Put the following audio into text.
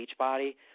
Beachbody